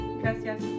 gracias